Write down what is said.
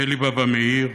אלי בבא-מאיר,